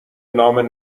نام